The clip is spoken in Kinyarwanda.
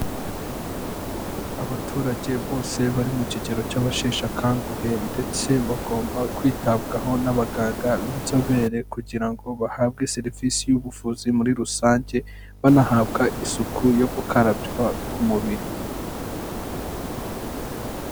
Abaturage bose bari mu kigero cy'abasheshe akanguhe ndetse bagomba kwitabwaho n'abaganga b'inzobere kugira ngo bahabwe serivisi y'ubuvuzi muri rusange, banahabwa isuku yo gukarabywa ku mubiri.